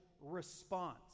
response